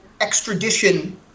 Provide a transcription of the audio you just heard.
extradition